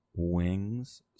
Wings